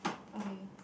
okay